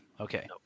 Okay